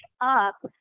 up